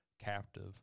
captive